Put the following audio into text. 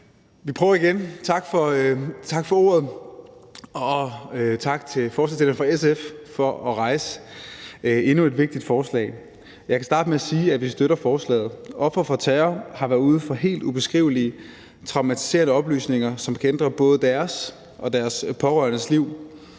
Vi prøver igen. Tak for ordet, og tak til forslagsstillerne fra SF for at rejse endnu et vigtigt forslag. Jeg kan starte med at sige, at vi støtter forslaget. Ofre for terror har været ude for helt ubeskrivelige traumatiserende oplevelser, som kan ændre både deres og deres pårørendes liv.